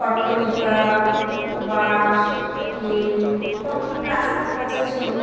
অট্টালিকা bus train তখন রাস্তা কাঁচা ছিল